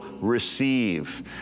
receive